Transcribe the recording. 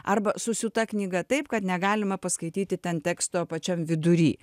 arba susiūta knyga taip kad negalima paskaityti ten teksto pačiam vidury